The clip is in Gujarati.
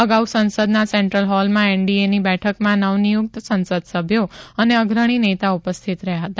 અગાઉ સંસદના સેન્ટ્રલ હોલમાં એનડીએની બેઠકમાં નવ નિયુકત સંસદસભ્યો અને અગ્રણી નેતા ઉપસ્થિત રહ્યાં હતા